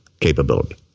capability